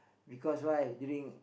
because why during